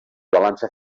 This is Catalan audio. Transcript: balança